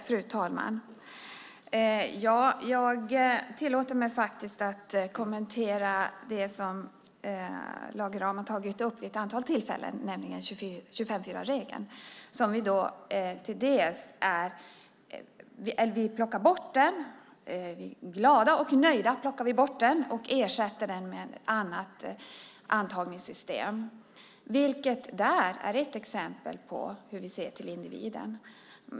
Fru talman! Jag tillåter mig att kommentera det som Lage Rahm har tagit upp vid ett antal tillfällen, nämligen 25:4-regeln. Vi plockar bort den. Glada och nöjda plockar vi bort den och ersätter den med ett annat antagningssystem. Det är ett exempel på hur vi ser till individen.